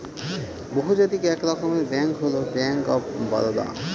বহুজাতিক এক রকমের ব্যাঙ্ক হল ব্যাঙ্ক অফ বারদা